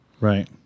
Right